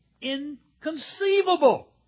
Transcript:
inconceivable